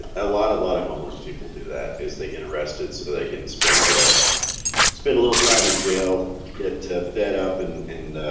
a lot a lot of homeless people do that is they get arrested so they can spend ah spend a little time in jail get fed up and